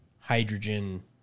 hydrogen